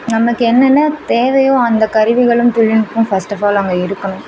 நமக்கு என்னென்ன தேவையோ அந்த கருவிகளும் தொழில்நுட்பம் ஃபஸ்ட் ஆப் ஆல் அங்கே இருக்கணும்